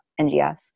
NGS